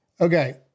okay